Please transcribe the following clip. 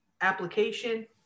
application